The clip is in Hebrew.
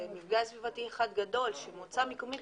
זה מפגע סביבתי אחד גדול שמועצה מקומית